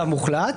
מוחלט,